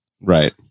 right